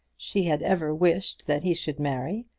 she had ever wished that he should marry,